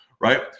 Right